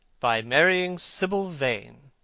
by marrying sibyl vane.